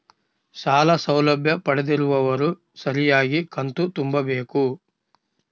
ಸಾಲ ಸೌಲಭ್ಯ ಪಡೆದಿರುವವರು ಸರಿಯಾಗಿ ಕಂತು ತುಂಬಬೇಕು?